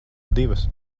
divas